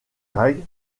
grey